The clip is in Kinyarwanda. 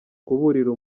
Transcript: kuburira